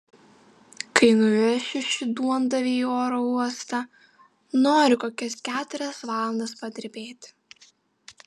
kai nuvešiu šį duondavį į oro uostą noriu kokias keturias valandas padirbėti